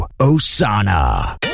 Osana